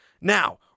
Now